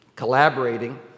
collaborating